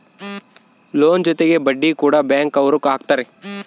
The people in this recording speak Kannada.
ಲೋನ್ ಜೊತೆಗೆ ಬಡ್ಡಿ ಕೂಡ ಬ್ಯಾಂಕ್ ಅವ್ರು ಹಾಕ್ತಾರೆ